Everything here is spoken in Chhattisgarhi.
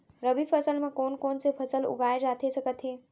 रबि फसल म कोन कोन से फसल उगाए जाथे सकत हे?